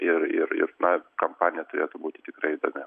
ir ir ir na kampanija turėtų būti tikrai įdomi